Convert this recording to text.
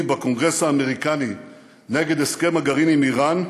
בקונגרס האמריקני נגד הסכם הגרעין עם איראן,